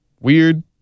weird